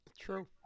True